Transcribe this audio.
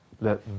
Let